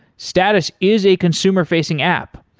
status is a consumer-facing app,